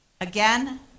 Again